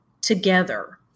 together